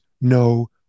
no